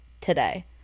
today